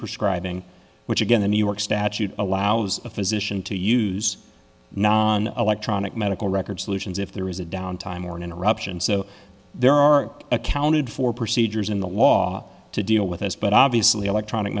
prescribing which again the new york statute allows a physician to use non electronic medical record solutions if there is a downtime or an interruption so there are accounted for procedures in the law to deal with us but obviously electronic